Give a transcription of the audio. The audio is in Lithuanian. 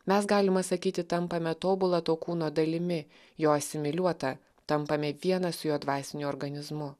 mes galima sakyti tampame tobula to kūno dalimi jo asimiliuota tampame viena su juo dvasiniu organizmu